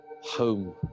Home